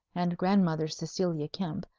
and grandmother cecilia kempe,